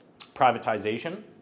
privatization